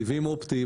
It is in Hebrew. סיבים אופטיים,